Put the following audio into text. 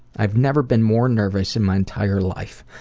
i had never been more nervous in my entire life.